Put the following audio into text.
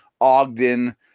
Ogden